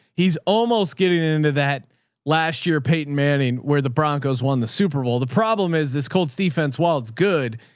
he's almost getting into that last year of peyton manning, where the broncos won the super bowl. the problem is this called defense wall. it's good.